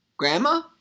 Grandma